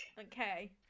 Okay